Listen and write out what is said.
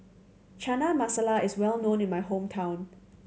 Chana Masala is well known in my hometown